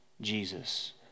jesus